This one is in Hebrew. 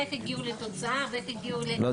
איך הגיעו לתוצאה ואיך הגיעו ל --- לא.